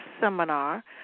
seminar